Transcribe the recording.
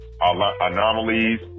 anomalies